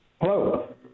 Hello